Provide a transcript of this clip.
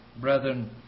brethren